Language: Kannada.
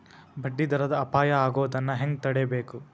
ಬಡ್ಡಿ ದರದ್ ಅಪಾಯಾ ಆಗೊದನ್ನ ಹೆಂಗ್ ತಡೇಬಕು?